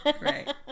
Right